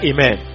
Amen